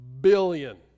Billion